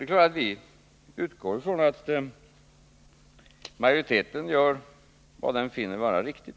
Det är klart att vi utgår ifrån att majoriteten gör vad den finner vara riktigt.